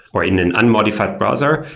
or in an unmodified browser.